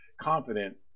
confident